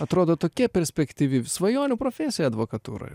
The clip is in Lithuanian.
atrodo tokia perspektyvi svajonių profesija advokatūroj